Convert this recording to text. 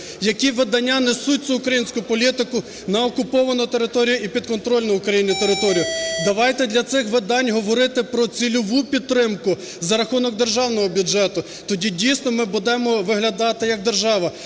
Які видання несуть цю українську політику на окуповану територію і підконтрольну Україні територію? Давайте для цих видань говорити про цільову підтримку за рахунок державного бюджету, тоді, дійсно, ми будемо виглядати як держава.